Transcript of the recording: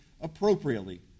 appropriately